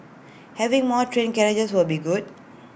having more train carriages will be good